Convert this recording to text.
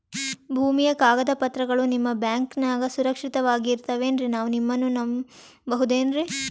ಭೂಮಿಯ ಕಾಗದ ಪತ್ರಗಳು ನಿಮ್ಮ ಬ್ಯಾಂಕನಾಗ ಸುರಕ್ಷಿತವಾಗಿ ಇರತಾವೇನ್ರಿ ನಾವು ನಿಮ್ಮನ್ನ ನಮ್ ಬಬಹುದೇನ್ರಿ?